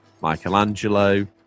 Michelangelo